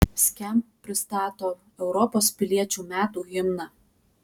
skamp pristato europos piliečių metų himną